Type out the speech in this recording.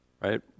right